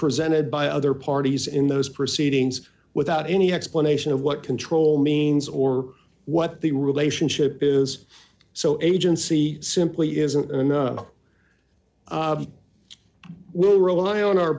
presented by other parties in those proceedings without any explanation of what control means or what the relationship is so agency simply isn't enough we'll rely on our